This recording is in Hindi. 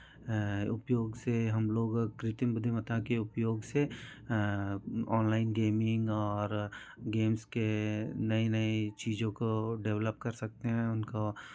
उपयोग से हम लोग अब कृत्रिम बुद्धिमता के उपयोग से ऑनलाइन गेमिंग और गेम्स के नई नई चीज़ों को डेवलप कर सकते हैं उनको